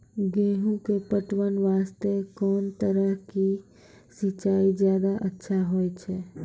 गेहूँ के पटवन वास्ते कोंन तरह के सिंचाई ज्यादा अच्छा होय छै?